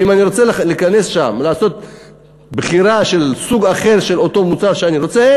ואם אני רוצה להיכנס לשם ולבחור סוג אחר של אותו מוצר שאני רוצה,